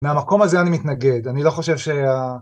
מהמקום הזה אני מתנגד, אני לא חושב שה...